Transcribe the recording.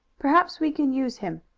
perhaps we can use him.